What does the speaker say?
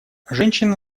женщины